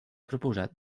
proposat